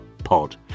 pod